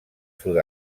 sud